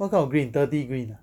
what kind of green dirty green ah